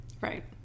Right